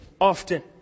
often